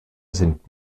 sind